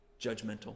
judgmental